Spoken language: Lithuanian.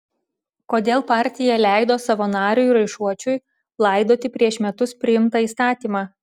kodėl partija leido savo nariui raišuočiui laidoti prieš metus priimtą įstatymą